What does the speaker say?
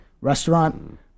restaurant